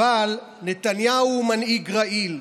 אבל נתניהו הוא מנהיג רעיל.